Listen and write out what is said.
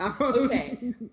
okay